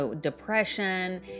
depression